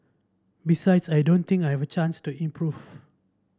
besides I don't think I've a chance to improve